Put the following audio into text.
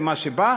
זה מה שבא,